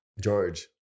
George